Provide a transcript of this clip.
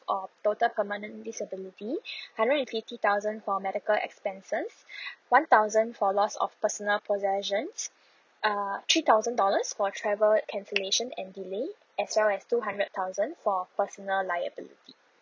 or total permanent disability hundred and fifty thousand for medical expenses one thousand for loss of personal possessions uh three thousand dollars for travel cancellation and delay as well as two hundred thousand for personal liability